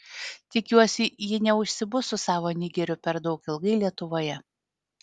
tikiuosi ji neužsibus su savo nigeriu per daug ilgai lietuvoje